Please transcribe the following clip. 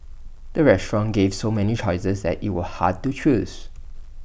the restaurant gave so many choices that IT was hard to choose